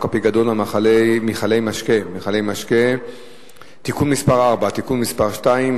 הפיקדון על מכלי משקה (תיקון מס' 4) (תיקון מס' 2),